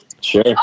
Sure